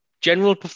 general